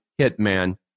Hitman